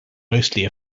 mostly